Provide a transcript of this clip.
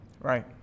Right